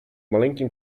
maleńkim